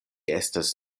estas